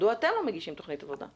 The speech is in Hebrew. מדוע אתם לא מגישים תוכנית עבודה?